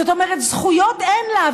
זאת אומרת זכויות אין לה,